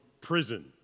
prison